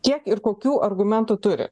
kiek ir kokių argumentų turi